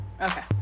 Okay